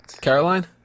Caroline